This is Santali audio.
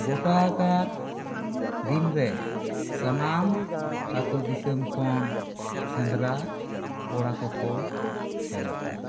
ᱜᱚᱴᱟ ᱠᱟᱫ ᱫᱤᱱᱨᱮ ᱥᱟᱱᱟᱢ ᱟᱛᱳ ᱫᱤᱥᱚᱢ ᱠᱷᱚᱱ ᱥᱮᱸᱫᱽᱨᱟ ᱠᱚᱲᱟ ᱠᱚᱠᱚ ᱪᱟᱞᱟᱜᱼᱟ